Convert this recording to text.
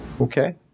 Okay